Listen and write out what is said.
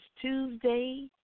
Tuesday